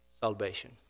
salvation